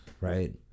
right